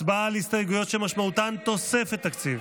הצבעה על הסתייגויות שמשמעותן תוספת תקציב.